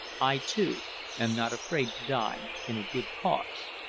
i too am not afraid to die in a good cause!